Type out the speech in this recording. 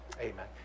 amen